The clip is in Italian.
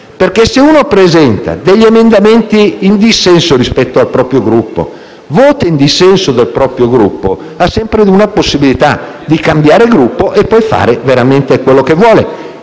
Se infatti uno presenta degli emendamenti in dissenso rispetto al proprio Gruppo, vota in dissenso dal proprio Gruppo, ha sempre la possibilità di cambiare Gruppo e poi fare veramente quello che vuole.